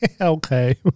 Okay